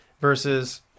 versus